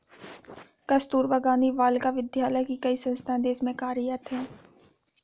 कस्तूरबा गाँधी बालिका विद्यालय की कई संस्थाएं देश में कार्यरत हैं